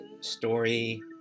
story